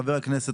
חבר הכנסת